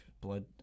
blood